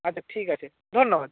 আচ্ছা ঠিক আছে ধন্যবাদ